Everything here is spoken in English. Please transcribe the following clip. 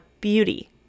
beauty